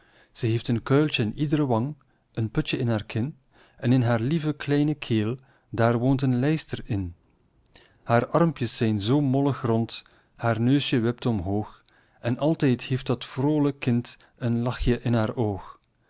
ze heeft een kuiltje in ied're wang een putjen in haar kin en in haar lieve kleine keel daar woont een lijster in hare armpjes zijn zoo mollig rond haar neusjen wipt omhoog en altijd heeft dat vroolijk kind een lachjen in haar oog